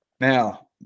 Now